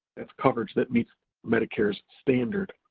that's coverage that meets medicare's standard.